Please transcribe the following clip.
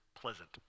pleasant